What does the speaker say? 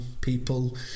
people